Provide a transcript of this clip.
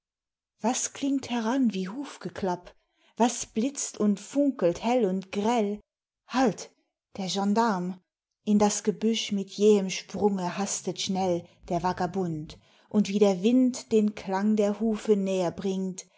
was klingt heran wie hufgeklapp was blitzt und funkelt hell und grell halt der gensdarm in das gebüsch mit jähem sprunge hastet schnell der vagabund und wie der wind den klang der hufe näher bringt